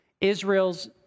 Israel's